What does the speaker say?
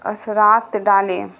اثرات ڈالیں